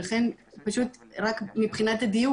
לכן פשוט רק מבחינת הדיוק,